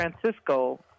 Francisco